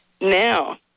Now